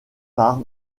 par